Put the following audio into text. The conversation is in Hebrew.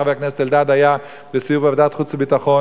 חבר הכנסת אלדד היה בסיור עם ועדת חוץ וביטחון.